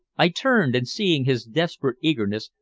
i turned, and seeing his desperate eagerness,